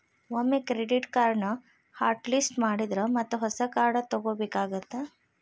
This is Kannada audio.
ಒಮ್ಮೆ ಕ್ರೆಡಿಟ್ ಕಾರ್ಡ್ನ ಹಾಟ್ ಲಿಸ್ಟ್ ಮಾಡಿದ್ರ ಮತ್ತ ಹೊಸ ಕಾರ್ಡ್ ತೊಗೋಬೇಕಾಗತ್ತಾ